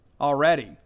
already